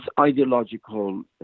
ideological